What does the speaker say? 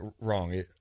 wrong